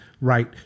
Right